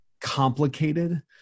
complicated